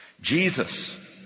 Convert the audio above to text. Jesus